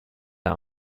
out